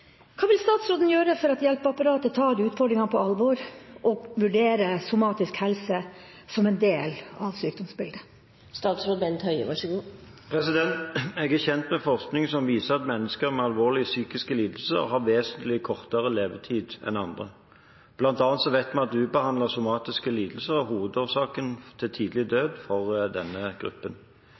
Hva vil statsråden gjøre for at hjelpeapparatet tar utfordringene på alvor, og vurderer somatisk helse som en del av sykdomsbildet?» Jeg er kjent med forskning som viser at mennesker med alvorlige psykiske lidelser har vesentlig kortere levetid enn andre. Blant annet vet vi at ubehandlede somatiske lidelser er hovedårsaken til tidlig død for denne gruppen.